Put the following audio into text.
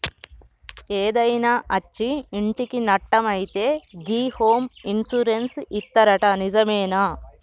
ఏదైనా అచ్చి ఇంటికి నట్టం అయితే గి హోమ్ ఇన్సూరెన్స్ ఇత్తరట నిజమేనా